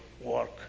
work